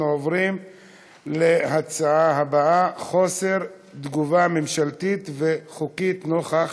אנחנו עוברים לנושא הבא: חוסר תגובה ממשלתית וחוקית נוכח